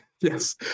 yes